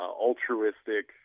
altruistic